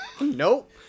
Nope